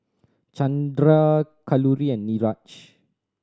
Chandra Kalluri and Niraj